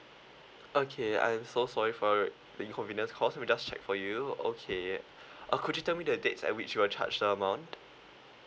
okay I'm so sorry for uh the inconvenience caused we just check for you okay uh could you tell me the dates at which you were charged the amount